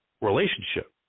relationship